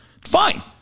Fine